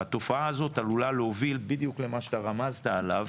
והתופעה הזאת עלולה להוביל בדיוק למה שאתה רמזת עליו,